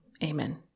Amen